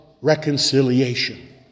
reconciliation